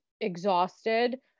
exhausted